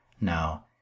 No